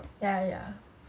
ya ya